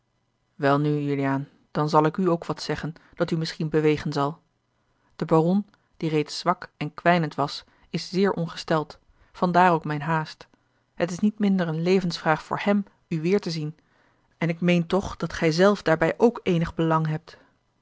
welnu juliaan dan zal ik u ook wat zeggen dat u misschien bewegen zal de baron die reeds zwak en kwijnend was is zeer ongesteld vandaar ook mijne haast het is niet minder eene levensvraag voor hem u weêr te zien en ik meen toch dat gij zelf daarbij ook eenig belang hebt